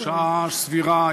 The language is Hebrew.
שעה סבירה.